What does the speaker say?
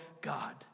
God